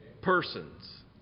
persons